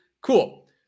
cool